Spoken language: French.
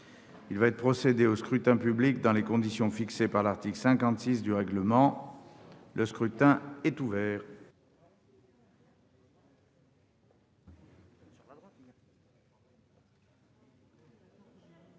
Il va être procédé au scrutin dans les conditions fixées par l'article 56 du règlement. Le scrutin est ouvert.